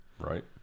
Right